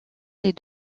les